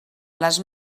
les